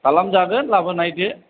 खालामजागोन लाबोनायदो